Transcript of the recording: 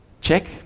check